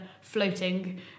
floating